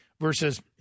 versus